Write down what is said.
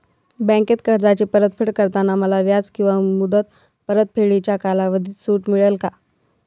बँकेत कर्जाची परतफेड करताना मला व्याज किंवा मुद्दल परतफेडीच्या कालावधीत सूट मिळेल का?